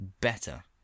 better